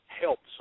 helps